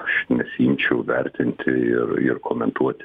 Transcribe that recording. aš nesiimčiau vertinti ir ir komentuoti